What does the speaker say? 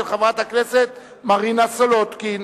של חברת הכנסת מרינה סולודקין.